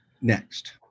Next